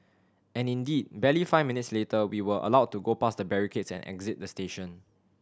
and indeed barely five minutes later we were allowed to go past the barricades and exit the station